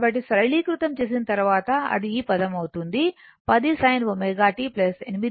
కాబట్టి సరళీకృతం చేసిన తరువాత అది ఈ పదం అవుతుంది 10 sin ω t 8